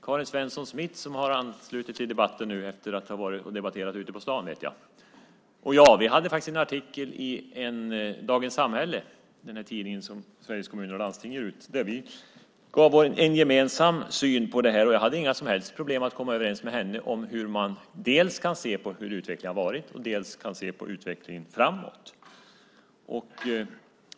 Karin Svensson Smith, som nu anslutit sig till debatten efter att ha varit och debatterat ute på stan, och jag skrev en artikel i Dagens Samhälle, den tidning som Sveriges Kommuner och Landsting ger ut, där vi gav vår gemensamma syn på detta. Jag hade inga som helst problem att komma överens med henne om hur man dels kan se på utvecklingen hittills, dels kan se på utvecklingen framåt.